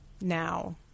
now